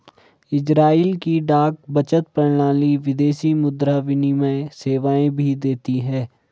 Israel की डाक बचत प्रणाली विदेशी मुद्रा विनिमय सेवाएं भी देती है